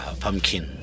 pumpkin